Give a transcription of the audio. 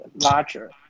larger